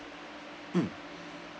mm